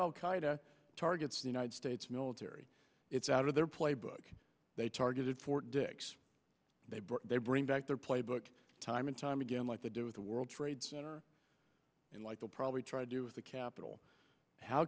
qaeda targets the united states military it's out of their playbook they targeted fort dix they bring back their playbook time and time again like they do with the world trade center and like they'll probably try to do with the capital how